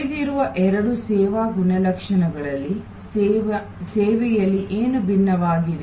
ಉಳಿದಿರುವ ಎರಡು ಸೇವಾ ಗುಣಲಕ್ಷಣಗಳಲ್ಲಿ ಸೇವೆಯಲ್ಲಿ ಏನು ಭಿನ್ನವಾಗಿದೆ